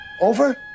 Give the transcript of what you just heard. Over